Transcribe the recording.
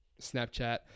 Snapchat